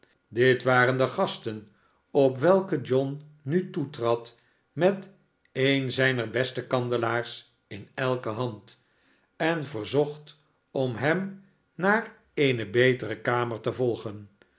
dit waren de gasten op welke john nu toetrad met een zijner beste kandelaars in elke hand en verzocht om hem naar eene betere earner te volgen